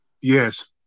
Yes